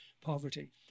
poverty